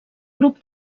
grup